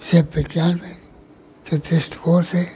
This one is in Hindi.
सिर्फ विज्ञान में के दृष्टिकोण से